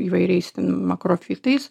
įvairiais makrofitais